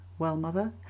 wellmother